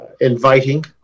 inviting